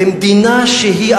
במדינה שהיא,